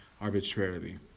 arbitrarily